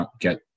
get